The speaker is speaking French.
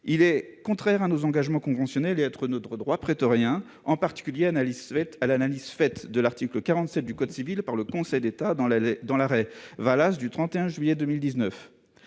Il est contraire à nos engagements conventionnels et à notre droit prétorien, en particulier à l'analyse faite de l'article 47 du code civil par le Conseil d'État dans l'arrêt du 31 juillet 2019.